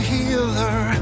healer